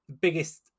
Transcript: biggest